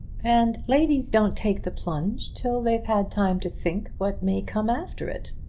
and ladies don't take the plunge till they've had time to think what may come after it.